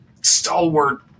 stalwart